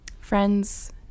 friends